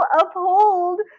uphold